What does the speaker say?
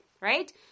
right